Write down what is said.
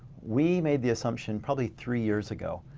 we made the assumption probably three years ago,